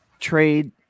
trade